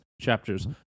Chapters